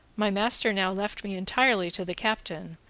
my master now left me entirely to the captain,